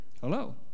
hello